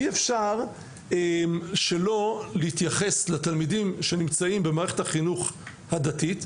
אי אפשר שלא להתייחס לתלמידים שנמצאים במערכת החינוך הדתית,